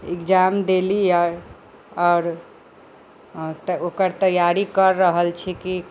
exam देली हइ आओर तऽ ओकर तैआरी करि रहल छी कि